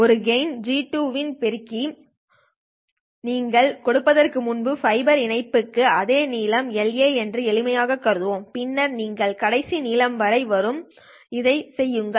ஒரு கெய்ன் ஜி2 இன் பெருக்கி நீங்கள் கொடுப்பதற்கு முன்பு ஃபைபர் இணைப்பு க்கு அதே நீளம் La என்று எளிமையாகக் கருதுவோம் பின்னர் நீங்கள் கடைசி நீளம் வரை வரும் வரை இதைச் செய்யுங்கள்